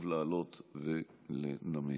לעלות ולנמק.